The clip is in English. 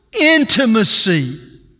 intimacy